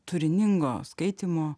turiningo skaitymo